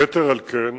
יתר על כן,